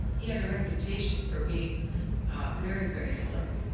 he had a reputation for being very, very slick,